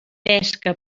pesca